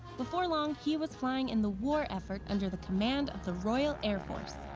before long, he was flying in the war effort under the command of the royal air force.